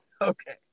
Okay